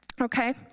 Okay